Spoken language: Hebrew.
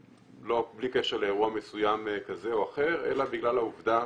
בלי קשר לאירוע מסוים כזה או אחר אלא בגלל העובדה